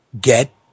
get